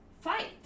fight